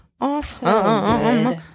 awesome